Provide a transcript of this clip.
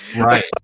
Right